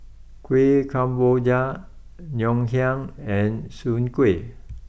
Kueh Kemboja Ngoh Hiang and Soon Kueh